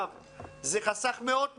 זה חסך מאות מיליונים.